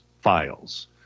files